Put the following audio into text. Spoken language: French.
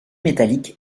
métallique